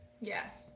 Yes